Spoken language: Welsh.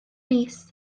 mis